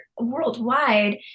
worldwide